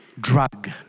drug